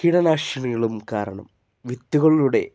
കീടനാശിനികളും കാരണം വിത്തുകളുടെ